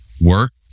work